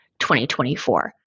2024